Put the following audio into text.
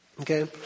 Okay